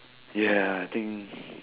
ya I think